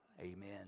Amen